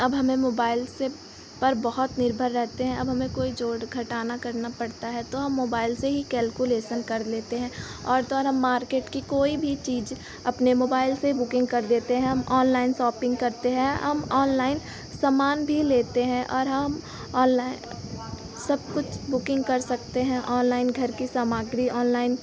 अब हमें मोबाइल से पर बहुत निर्भर रहेते हैं अब हमें कोई जोड़ घटाना करना पड़ता है तो हम मोबाइल से ही कैलकुलेसन कर लेते हैं और तो और हम मार्केट की कोई भी चीज़ अपने मोबाइल से ही बुकिंग कर देते हैं हम ऑनलाइन सॉपिंग करते हैं हम ऑनलाइन सामान भी लेते हैं और हम ऑनलाइ सब कुछ बुकिंग कर सकते हैं ऑनलाइन घर की सामग्री ऑनलाइन